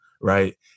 right